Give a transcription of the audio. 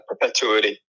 perpetuity